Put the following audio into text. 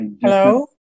Hello